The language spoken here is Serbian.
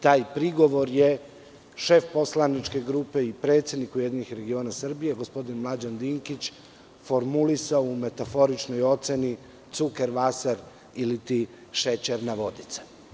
Taj prigovor je šef poslaničke grupe i predsednik URS gospodin Mlađan Dinkić formulisao u metaforičnoj oceni „cuker vaser“ ili ti šećerna vodica.